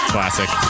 Classic